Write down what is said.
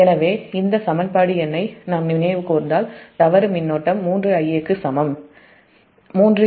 எனவே இந்த சமன்பாடு எண்ணை நாம் நினைவு கூர்ந்தால் தவறு மின்னோட்டம் 3 Ia க்கு 3 j0